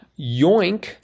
Yoink